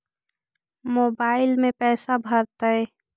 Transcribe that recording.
Mobile में पैसा भरैतैय?